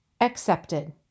accepted